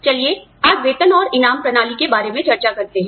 चलिए आज वेतन और इनाम प्रणाली के बारे में चर्चा करते हैं